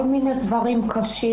כל מיני דברים קשים,